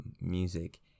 music